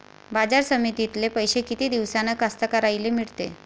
बाजार समितीतले पैशे किती दिवसानं कास्तकाराइले मिळते?